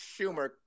Schumer